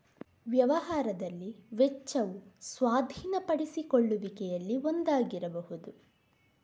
ವ್ಯವಹಾರದಲ್ಲಿ ವೆಚ್ಚವು ಸ್ವಾಧೀನಪಡಿಸಿಕೊಳ್ಳುವಿಕೆಯಲ್ಲಿ ಒಂದಾಗಿರಬಹುದು